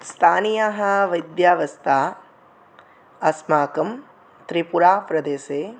स्थानीयाः वैद्यावस्था अस्माकं त्रिपुराप्रदेशे